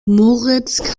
moritz